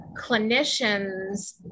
clinicians